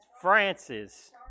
Francis